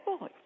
boy